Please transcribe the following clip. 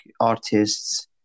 artists